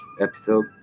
episode